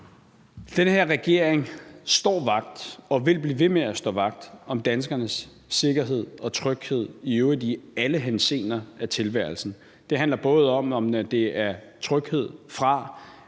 Den her regering står vagt og vil blive ved med at stå vagt om danskernes sikkerhed og tryghed, i øvrigt i alle dele af tilværelsen. Det handler både om tryghed